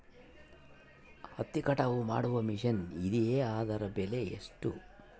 ಹತ್ತಿ ಕಟಾವು ಮಾಡುವ ಮಿಷನ್ ಇದೆಯೇ ಅದರ ಬೆಲೆ ಎಷ್ಟು?